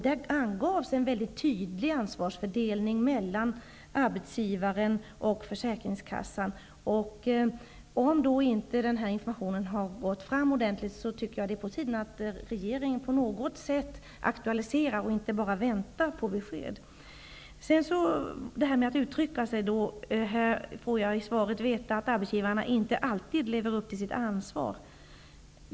Där angavs en mycket tydlig ansvarsfördelning mellan arbetsgivaren och försäkringskassan. Om inte den här informationen har gått fram ordentligt, är det på tiden att regeringen på något sätt aktualiserar den och inte bara väntar på besked. I svaret får jag veta att arbetsgivarna inte alltid lever upp till sitt ansvar.